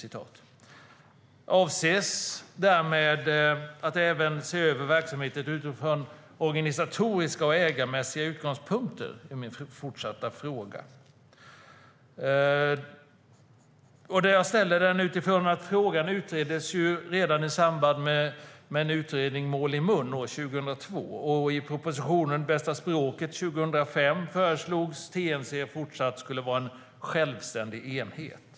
Min fortsatta fråga är: Avses därmed att även se över verksamheten utifrån organisatoriska och ägarmässiga utgångspunkter? Jag ställer frågan utifrån att detta utreddes grundligt redan i samband med utredningen Mål i mun från 2005 föreslogs att TNC fortsatt skulle vara en självständig enhet.